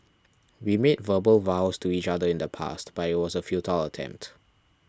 we made verbal vows to each other in the past but it was a futile attempt